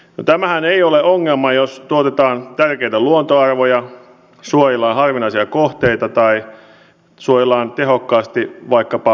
no tämähän ei ole ongelma jos tuotetaan tärkeitä luontoarvoja suojellaan harvinaisia kohteita tai tzuelan tehokkaasti vaikkapa